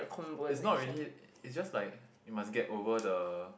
is not really is just like you must get over the